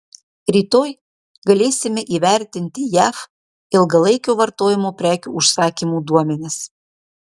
rytoj galėsime įvertinti jav ilgalaikio vartojimo prekių užsakymų duomenis